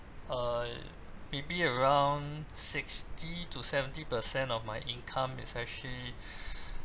err maybe around sixty to seventy percent of my income is actually